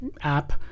app